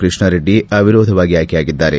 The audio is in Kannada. ಕೃಷ್ಣಾರೆಡ್ಡಿ ಅವಿರೋಧವಾಗಿ ಆಯ್ಕೆಯಾಗಿದ್ದಾರೆ